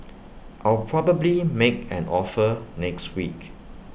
I'll probably make an offer next week